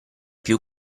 più